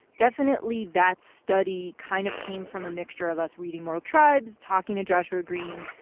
definitely that study kind of came from a mixture of us reading moral tribes, talking to joshua greene,